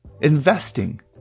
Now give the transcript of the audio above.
Investing